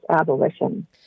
abolition